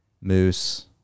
moose